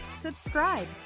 subscribe